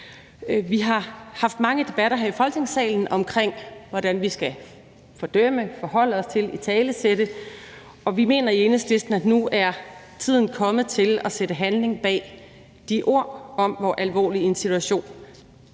Vi har haft mange debatter her i Folketingssalen om, hvordan vi skal fordømme, forholde os til og italesætte det, og vi mener i Enhedslisten, at nu er tiden kommet til at sætte handling bag de ord om, hvor alvorlig situationen